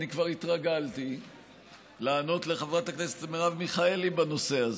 אני כבר התרגלתי לענות לחברת הכנסת מרב מיכאלי בנושא הזה,